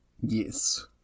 yes